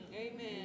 Amen